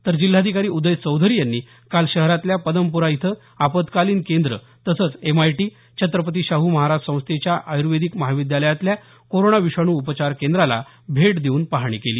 तर जिल्हाधिकारी उदय चौधरी यांनी काल शहरातल्या पदमपुरा इथं आपत्कालीन केंद्र तसंच एमआयटी छत्रपती शाहू महाराज संस्थेच्या आयूर्वेदिक महाविद्यालयातल्या कोरोना विषाणू उपचार केंद्राला भेट देऊन पाहणी केली